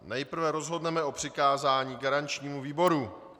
Nejprve rozhodneme o přikázání garančnímu výboru.